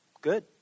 Good